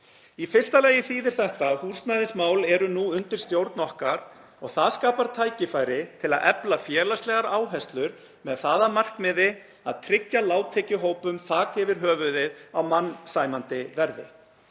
Í fyrsta lagi þýðir þetta að húsnæðismál eru nú undir stjórn okkar og það skapar tækifæri til að efla félagslegar áherslur með það að markmiði að tryggja lágtekjuhópum þak yfir höfuðið á mannsæmandi verði.